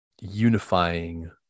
unifying